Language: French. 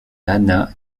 hannah